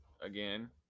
again